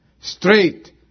straight